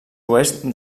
oest